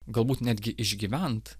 galbūt netgi išgyvent